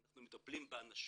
אנחנו מטפלים באנשים